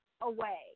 away